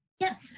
Yes